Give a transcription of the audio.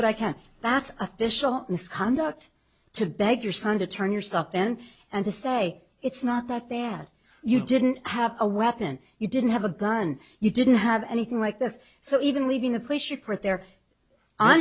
what i can that's official misconduct to beg your son to turn yourself then and to say it's not that bad you didn't have a weapon you didn't have a bond you didn't have anything like this so even leaving a place you put there